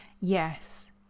yes